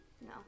No